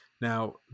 Now